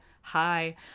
hi